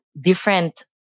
different